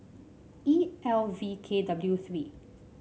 E L V K W three